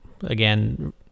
Again